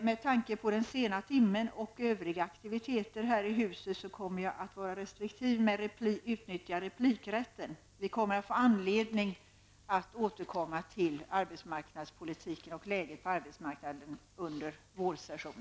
Med tanke på den sena timmen och på övriga aktiviteter som förekommer i huset kommer jag att vara restriktiv när det gäller utnyttjandet av replikrätten. Vi kommer ju ändå under vårsessionen att få anledning att återkomma till arbetsmarknadspolitiken och till läget på arbetsmarknaden.